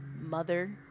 mother